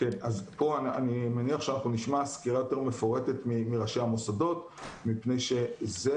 פה אני מניח שאנחנו נשמע סקירה יותר מפורטת מראשי המוסדות מפני שזה